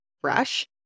fresh